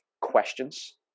questions